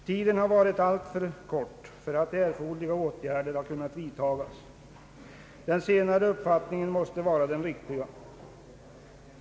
Tiden har varit alltför kort för att erforderliga åtgärder skulle ha kunnat vidtagas. Den senare uppfattningen måste vara den riktiga.